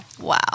Wow